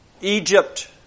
egypt